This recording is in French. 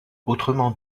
autrement